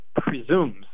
presumes